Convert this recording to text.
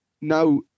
now